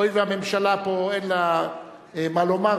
הואיל והממשלה פה אין לה מה לומר,